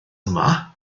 yma